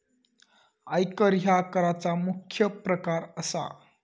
आयकर ह्या कराचा मुख्य प्रकार असा